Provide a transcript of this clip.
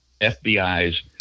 FBI's